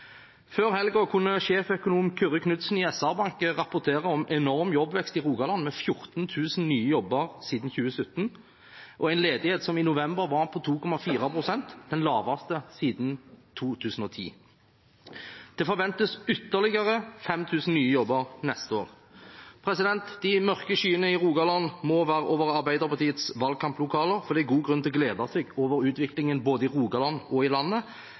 Før helgen kunne sjeføkonom Kyrre Knudsen i SR-Bank rapportere om enorm jobbvekst i Rogaland, med 14 000 nye jobber siden 2017 og en ledighet som i november var på 2,4 pst., den laveste siden 2010. Det forventes ytterligere 5 000 nye jobber neste år. De mørke skyene i Rogaland må være over Arbeiderpartiets valgkamplokaler, for det er god grunn til å glede seg over utviklingen både i Rogaland og i landet